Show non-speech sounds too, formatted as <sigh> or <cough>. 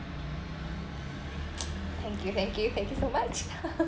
thank you thank you thank you so much <laughs>